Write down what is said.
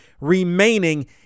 remaining